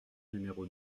numéro